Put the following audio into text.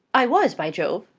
i was, by jove!